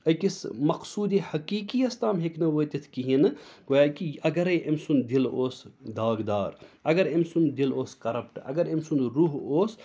أکِس مقصوٗدِ حقیٖقیَس تام ہیٚکہِ نہٕ وٲتِتھ کِہیٖنۍ نہٕ گویا کہِ اَگرَے أمۍ سُنٛد دِل اوس داغدار اگر أمۍ سُنٛد دِل اوس کَرَپٹ اگر أمۍ سُنٛد روح اوس